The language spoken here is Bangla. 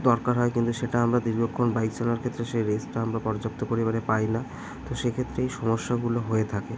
দরকার হয় কিন্তু সেটা আমরা দীর্ঘক্ষণ বাইক চালানোর ক্ষেত্রে সেই রেস্টটা আমরা পর্যাপ্ত পরিমাণে পাই না তো সেক্ষেত্রে এই সমস্যাগুলো হয়ে থাকে